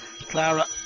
Clara